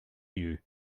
you